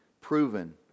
proven